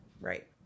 Right